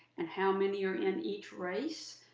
and how many are in each race?